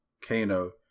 Kano